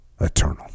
eternal